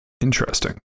Interesting